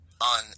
on